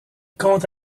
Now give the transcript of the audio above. compte